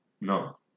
No